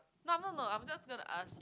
no I'm not not I'm just gonna ask him